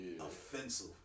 offensive